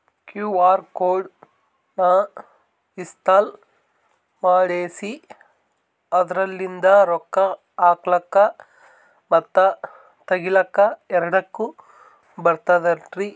QR code ನ install ಮಾಡೆಸಿ ಅದರ್ಲಿಂದ ರೊಕ್ಕ ಹಾಕ್ಲಕ್ಕ ಮತ್ತ ತಗಿಲಕ ಎರಡುಕ್ಕು ಬರ್ತದಲ್ರಿ?